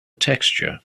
texture